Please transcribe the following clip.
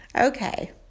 Okay